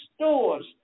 store's